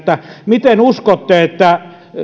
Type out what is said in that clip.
miten uskotte että